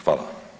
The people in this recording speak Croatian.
Hvala.